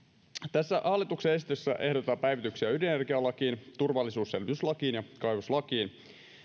tässä hallituksen esityksessä ehdotetaan päivityksiä ydinenergialakiin turvallisuusselvityslakiin ja kaivoslakiin